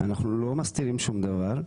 אנחנו לא מסתירים שום דבר,